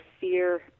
fear